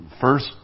first